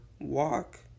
walk